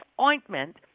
ointment